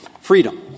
freedom